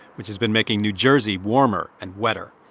which has been making new jersey warmer and wetter.